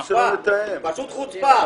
חוצפה, פשוט חוצפה.